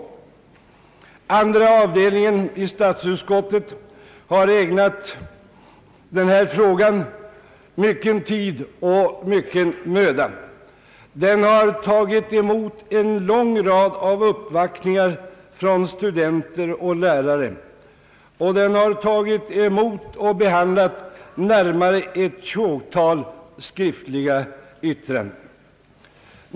Statsutskottets andra avdelning har ägnat den här frågan mycken tid och mycken möda. Avdelningen har tagit emot en lång rad av uppvaktningar från studenter och lärare, och den har tagit emot och behandlat närmare ett tjogtal skriftliga yttranden.